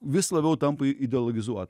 vis labiau tampa i ideologizuota